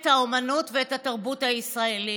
את האומנות ואת התרבות הישראלית.